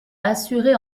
assuré